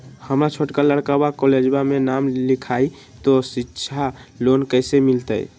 हमर छोटका लड़कवा कोलेजवा मे नाम लिखाई, तो सिच्छा लोन कैसे मिलते?